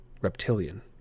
Reptilian